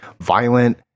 violent